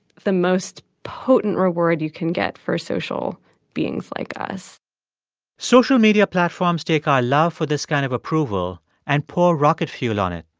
the most potent reward you can get for social beings like us social media platforms take our love for this kind of approval and pour rocket fuel on it.